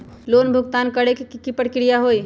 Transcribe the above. Loan भुगतान करे के की की प्रक्रिया होई?